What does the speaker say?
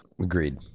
agreed